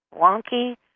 wonky